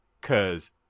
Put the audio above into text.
cause